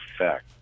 effect